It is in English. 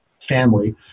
family